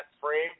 frame